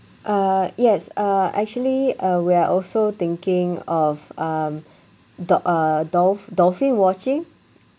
uh yes uh actually uh we're also thinking of um dol~ uh dolp~ dolphin watching